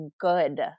good